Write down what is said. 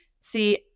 see